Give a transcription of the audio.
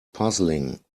puzzling